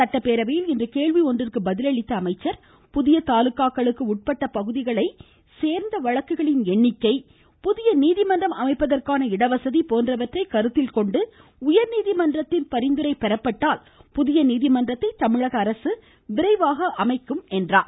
சட்டப்பேரவையில் கேள்வி ஒன்றிற்கு பதிலளித்த அவர் புதிய தாலுக்காக்களுக்கு உட்பட்ட பகுதிகளைச் சோந்த வழக்குகளின் எண்ணிக்கை புதிய நீதிமன்றம் அமைப்பதற்கான இடவசதி போன்றவற்றைக் கருத்தில் கொண்டு உயர்நீதிமன்றத்தின் பரிந்துரை பெறப்பட்டால் புதிய நீதிமன்றத்தை தமிழக அரசு விரைவாக அமைக்கும் எனக் கூறினார்